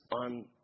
on